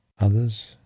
Others